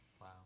wow